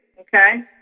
okay